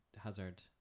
Hazard